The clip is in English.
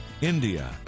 India